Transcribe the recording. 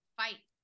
fight